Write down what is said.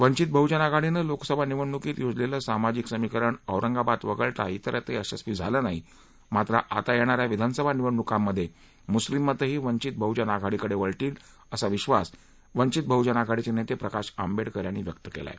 वंचित बह्जन आघाडीनं लोकसभा निवडणुकीत योजलेलं सामाजिक समिकरण औरंगाबाद वगळता तिरत्र यशस्वी झालं नाही मात्र आता येणाऱ्या विधानसभा निवडणुकांमधे मुस्लिम मतंही वंचित बहुजन आघाडीकडे वळतील असा विद्वास वंचित बहुजन आघाडीचे नेते प्रकाश आंबेडकर यांनी व्यक्त केला आहे